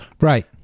Right